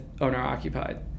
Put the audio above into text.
owner-occupied